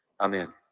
amen